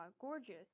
gorgeous